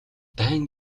дайн